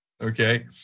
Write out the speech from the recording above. okay